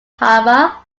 harbour